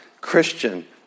Christian